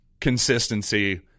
consistency